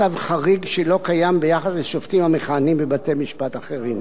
מצב חריג שלא קיים ביחס לשופטים המכהנים בבתי-משפט אחרים.